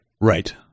Right